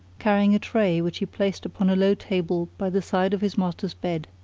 carrying a tray, which he placed upon a low table by the side of his master's bed.